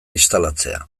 instalatzea